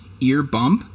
Earbump